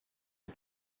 aux